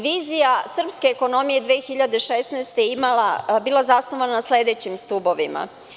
Vizija srpske ekonomije 2016. bila je zasnovana na sledećim stubovima.